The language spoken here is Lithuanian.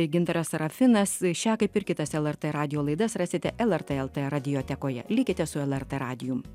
gintaras sarafinas šią kaip ir kitas lrt radijo laidas rasite lrt lt radiotekoje likite su lrt radijum